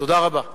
תודה רבה.